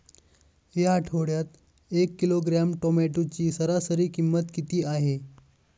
या आठवड्यात एक किलोग्रॅम टोमॅटोची सरासरी किंमत किती आहे?